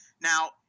Now